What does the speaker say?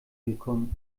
gekommen